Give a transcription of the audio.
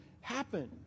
happen